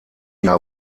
jahr